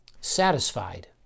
Satisfied